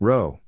Row